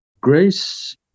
grace